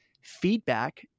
feedback